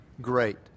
great